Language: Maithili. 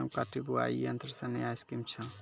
गेहूँ काटे बुलाई यंत्र से नया स्कीम छ?